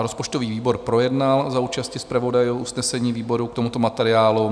Rozpočtový výbor projednal za účasti zpravodajů usnesení výboru k tomuto materiálu.